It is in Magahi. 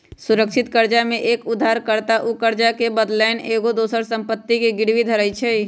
सुरक्षित करजा में एक उद्धार कर्ता उ करजा के बदलैन एगो दोसर संपत्ति के गिरवी धरइ छइ